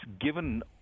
given